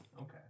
Okay